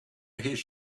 his